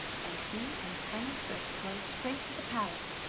and he and tiny frisk went straight to the palace,